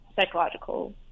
psychological